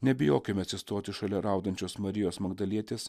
nebijokime atsistoti šalia raudančios marijos magdalietės